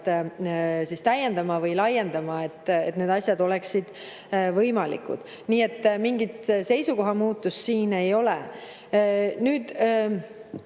täiendama või laiendama, et need asjad oleksid võimalikud. Mingit seisukoha muutust siin ei ole. Nüüd,